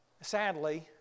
Sadly